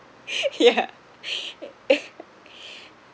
yeah